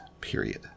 Period